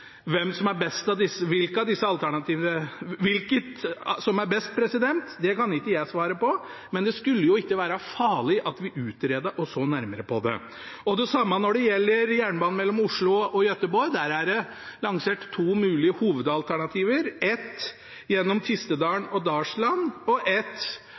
alternativene som er best, kan ikke jeg svare på, men det skulle ikke være farlig å utrede og se nærmere på det. Det samme er tilfellet når det gjelder jernbanen mellom Oslo og Göteborg. Der er det lansert to mulige hovedalternativer, et gjennom Tistedalen og